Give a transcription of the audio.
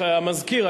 המזכיר,